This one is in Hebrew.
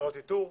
ועדות איתור,